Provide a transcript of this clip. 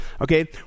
Okay